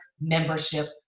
membership